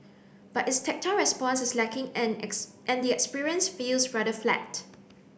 but its tactile response is lacking and as and the experience feels rather flat